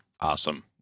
awesome